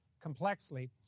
complexly